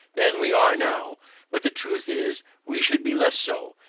than we are now but the truth is, we should be less so,